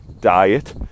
diet